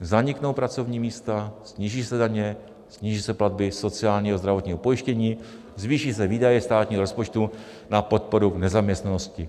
Zaniknou pracovní místa, sníží se daně, sníží se platby sociálního a zdravotního pojištění, zvýší se výdaje státního rozpočtu na podporu v nezaměstnanosti.